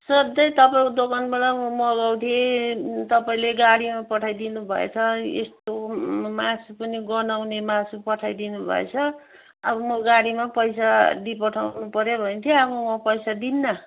सधैँ तपाईँको दोकानबाट म मगाउँथेँ तपाईँले गाडीमा पठाइदिनुभएछ यस्तो मासु पनि गनाउने मासु पठाइदिनुभएछ अब म गाडीमा पैसा दिई पठाउनुपर्यो भनेथेँ अब म पैसा दिन्नँ